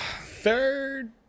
Third